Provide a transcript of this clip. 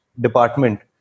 department